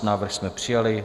Návrh jsme přijali.